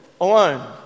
alone